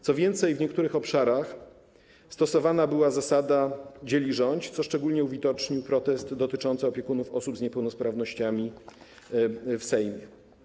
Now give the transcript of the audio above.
Co więcej, w niektórych obszarach stosowana była zasada: dziel i rządź, co szczególnie uwidocznił protest opiekunów osób z niepełnosprawnościami w Sejmie.